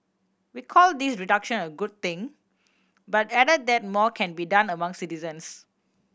we called this reduction a good thing but added that more can be done among citizens